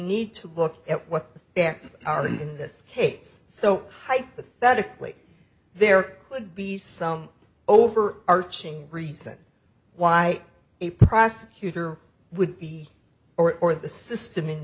need to look at what the facts are and in this case so hypothetically there could be some over arching reason why a prosecutor would be or or the system in